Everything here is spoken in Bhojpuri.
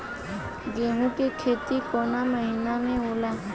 गेहूँ के खेती कवना महीना में होला?